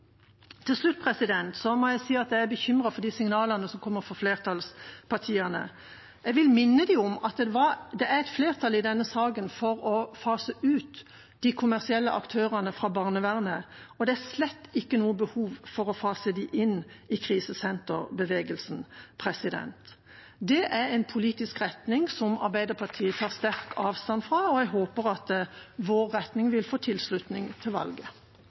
Til slutt må jeg si at jeg er bekymret for de signalene som kommer fra flertallspartiene. Jeg vil minne dem om at det er et flertall i denne saken for å fase ut de kommersielle aktørene fra barnevernet, og det er slett ikke noe behov for å fase dem inn i krisesenterbevegelsen. Det er en politisk retning som Arbeiderpartiet tar sterkt avstand fra, og jeg håper at vår retning vil få tilslutning ved valget.